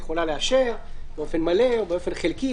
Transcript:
יכולה לאשר באופן מלא או באופן חלקי,